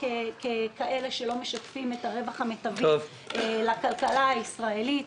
מחירים שלא משתפים את הרווח המיטבי לכלכלה הישראלית.